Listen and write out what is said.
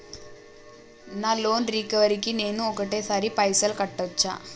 నా loan recovery కి నేను ఒకటేసరి పైసల్ కట్టొచ్చా?